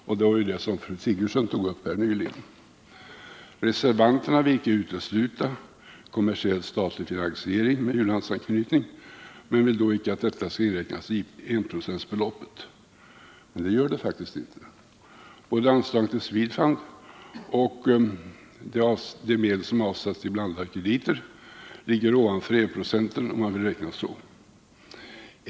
Också fru Sigurdsen tog nyss upp detta. Reservanterna vill icke utesluta kommer siell statlig finansiering med u-landsanknytning, men vill då icke att detta skall inräknas i enprocentsramen. Men det gör det faktiskt icke. Både anslagen till SVEDFUND och de medel som avsatts till blandade krediter ligger ovanför enprocentsramen, om man vill räkna så.